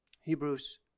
Hebrews